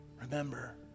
Remember